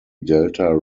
delta